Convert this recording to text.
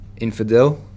infidel